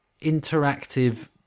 interactive